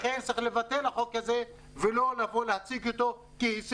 לכן צריך לבטל את החוק הזה ולא להציג אותו כהישג,